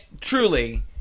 Truly